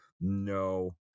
no